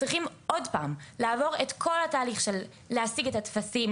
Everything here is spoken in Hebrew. צריכים עוד פעם לעבור את כל התהליך של להשיג את הטפסים,